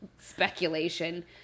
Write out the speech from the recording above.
speculation